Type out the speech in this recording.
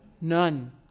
None